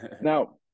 Now